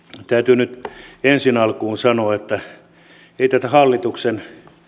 täytyy nyt ensi alkuun sanoa että ei tätä hallituksen